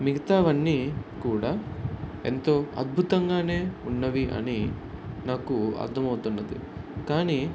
మిగతావన్నీ కూడా ఎంతో అద్భుతంగానే ఉన్నవి అని నాకు అర్ధమవుతున్నది కానీ